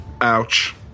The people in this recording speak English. Ouch